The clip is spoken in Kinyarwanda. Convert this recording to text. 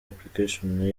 application